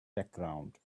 background